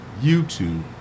YouTube